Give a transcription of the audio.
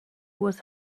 was